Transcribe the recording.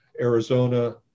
Arizona